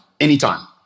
anytime